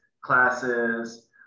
classes